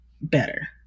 better